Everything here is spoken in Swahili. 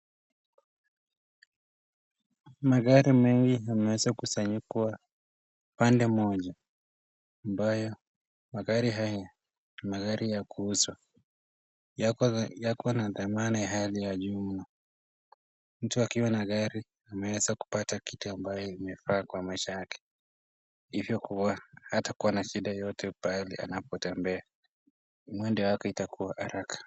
Magari mengi yameweza kusanywa kwa pande moja, ambayo magari haya ni magari ya kuuzwa. Yako na thamana ya hali ya juu mno. Mtu akiwa na gari, ameweza kupata kitu ambayo imefaa kwa maisha yake, hivo kuwa hatakuwa na shida yoyote pahali anapotembea. Mwendo wake itakuwa haraka.